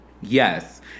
yes